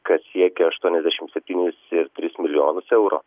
kas siekia ašuoniasdešim septynis ir tris milijonus euro